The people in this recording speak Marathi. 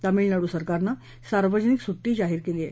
तामीळनाडू सरकारनं सार्वजनिक सुट्टी जाहीर केली आहे